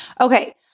Okay